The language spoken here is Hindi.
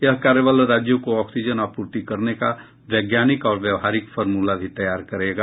यह कार्यबल राज्यों को ऑक्सीजन आपूर्ति करने का वैज्ञानिक और व्यवहारिक फार्मुला भी तैयार करेगा